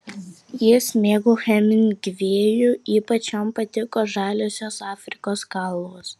jis mėgo hemingvėjų ypač jam patiko žaliosios afrikos kalvos